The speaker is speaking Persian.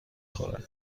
خورد